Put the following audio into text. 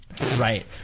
Right